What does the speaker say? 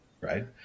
right